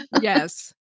Yes